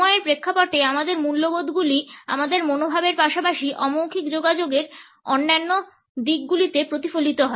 সময়ের প্রেক্ষাপটে আমাদের মূল্যবোধগুলি আমাদের মনোভাবের পাশাপাশি অমৌখিক যোগাযোগের অন্যান্য দিকগুলিতে প্রতিফলিত হয়